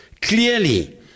clearly